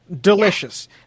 Delicious